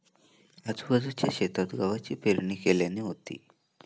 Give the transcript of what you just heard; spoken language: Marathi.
आजूबाजूच्या शेतात गव्हाची पेरणी केल्यानी होती